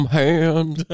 hand